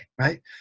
right